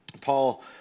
Paul